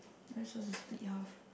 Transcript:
are we supposed to split half